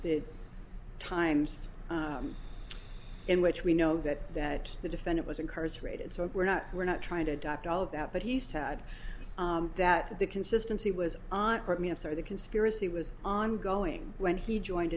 the times in which we know that that the defendant was incarcerated so we're not we're not trying to adopt all of that but he said that the consistency was after the conspiracy was ongoing when he joined